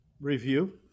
review